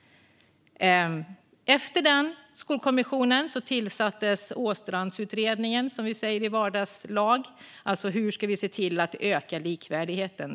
Efter Skolkommissionen tillsatte man Åstrandsutredningen, som vi säger i vardagslag, alltså utredningen om hur vi ska öka likvärdigheten.